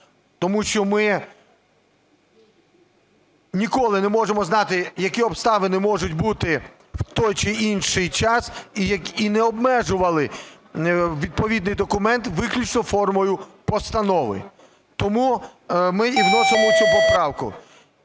Тому що ми ніколи не можемо знати, які обставини можуть бути в той чи інший час, і не обмежували відповідний документ виключно формою постанови. Тому ми і вносимо цю поправку.